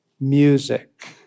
Music